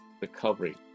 recovery